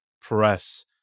Press